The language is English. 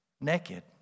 naked